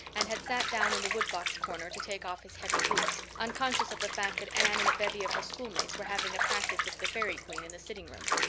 and had sat down in the woodbox corner to take off his heavy boots, unconscious of the fact that anne and a bevy of her schoolmates were having a practice of the fairy queen in the sitting room.